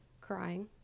crying